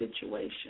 situation